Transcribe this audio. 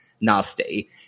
nasty